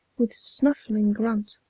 with snuffling grunt,